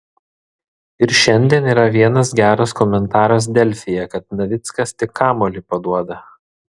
ir šiandien yra vienas geras komentaras delfyje kad navickas tik kamuolį paduoda